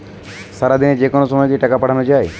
সারাদিনে যেকোনো সময় কি টাকা পাঠানো য়ায়?